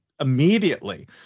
immediately